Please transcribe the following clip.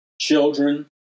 children